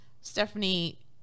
stephanie